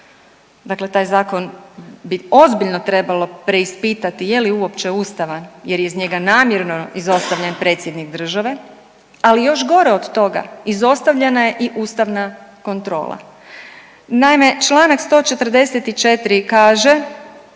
dakle taj zakon bi ozbiljno trebalo preispitati je li uopće ustavan jer je iz njega namjerno izostavljen predsjednik države, ali još gore od toga izostavljena je i ustavna kontrola. Naime, čl. 144. kaže